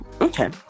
okay